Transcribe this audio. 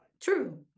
True